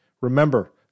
Remember